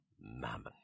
Mammon